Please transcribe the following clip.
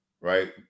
right